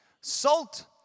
Salt